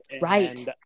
Right